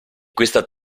questa